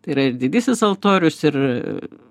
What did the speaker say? tai yra ir didysis altorius ir